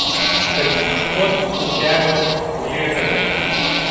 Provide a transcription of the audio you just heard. kad minkštuos pūkeliuos gulėtumėt